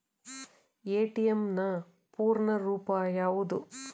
ATM ನ ಪೂರ್ಣ ರೂಪ ಯಾವುದು?